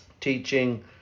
teaching